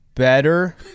better